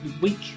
week